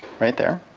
right there.